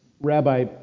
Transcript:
rabbi